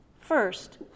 First